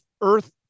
Earth